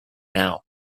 now